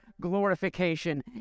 glorification